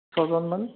ছজন মান